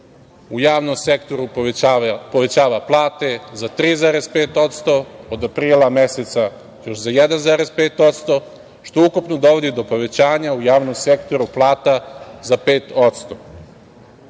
u javnom sektoru povećava plate za 3,5%, od aprila za još 1,5%, što ukupno dovodi do povećanja u javnom sektoru plata za